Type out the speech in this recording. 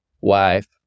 wife